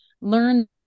learn